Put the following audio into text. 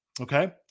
okay